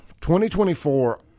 2024